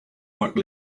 work